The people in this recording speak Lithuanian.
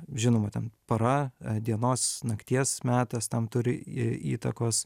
žinoma ten para a dienos nakties metas tam turi į įtakos